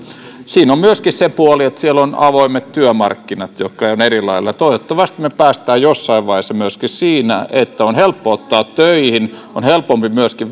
siinä on myöskin se puoli että siellä on avoimet työmarkkinat jotka toimivat eri lailla toivottavasti myöskin me pääsemme jossain vaiheessa siihen että on helppo ottaa töihin ja on myöskin